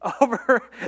over